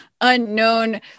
unknown